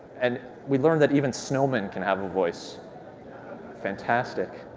and we learned that even snowmen can have a voice fantastic.